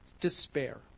despair